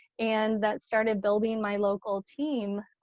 and that started building my local team.